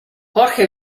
jorge